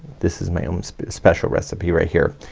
this is my own special recipe right here.